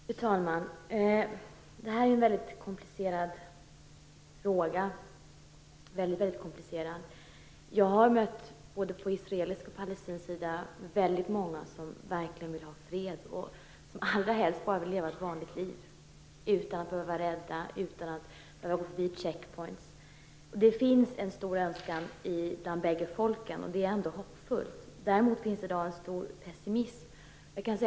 Fru talman! Detta är en mycket komplicerad fråga. Jag har mött många, både på israelisk och palestinsk sida, som verkligen vill ha fred. Allra helst vill de bara leva ett vanligt liv, utan att behöva vara rädda, utan att behöva passera någon checkpoint. Det finns en stor önskan hos de båda folken. Det är hoppfullt. Men det finns också en stor pessimism.